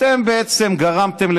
אתם בעצם גרמתם,